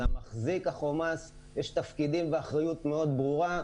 למחזיק החומ"ס יש תפקידים ואחריות מאוד ברורה,